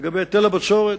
לגבי היטל הבצורת,